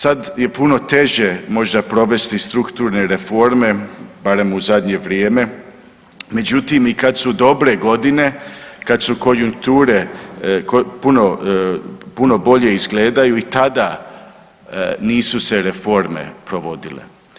Sad je puno teže možda provesti strukturne reforme, barem u zadnje vrijeme, međutim i kad su dobre godine, kad su konjunkture puno, puno bolje izgledaju i tada nisu se reforme provodile.